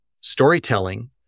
storytelling